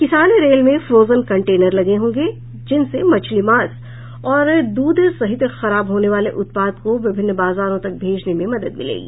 किसान रेल में frozen container लगे होंगे जिनसे मछली मांस और दूध सहित खराब होने वाले उत्पाद को विभिन्न बाजारों तक भेजने में मदद मिलेगी